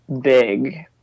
big